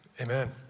Amen